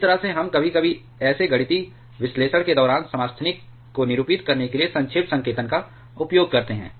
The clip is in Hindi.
इस तरह से हम कभी कभी ऐसे गणितीय विश्लेषण के दौरान समस्थानिक को निरूपित करने के लिए संक्षेप संकेतन का उपयोग करते हैं